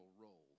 role